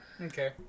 okay